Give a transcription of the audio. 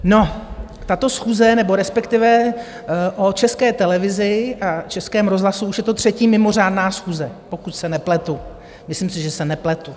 No, tato schůze, nebo respektive o České televizi a Českém rozhlasu už je to třetí mimořádná schůze, pokud se nepletu, myslím si, že se nepletu.